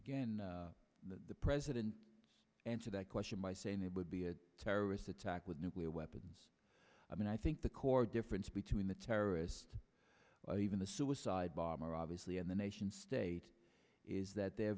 again the president answer that question by saying it would be a terrorist attack with nuclear weapons i mean i think the core difference between the terrorists even the suicide bomber obviously and the nation state is that they're